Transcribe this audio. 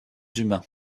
humain